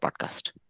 Podcast